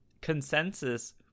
Consensus